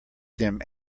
them